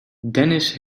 dennis